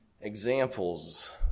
examples